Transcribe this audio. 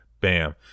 Bam